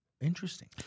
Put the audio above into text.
Interesting